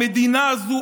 המדינה הזו,